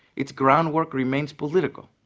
its groundwork remains political.